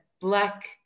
black